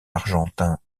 argentin